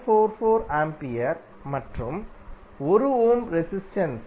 44 ampere மற்றும் 1 ohm resistance 0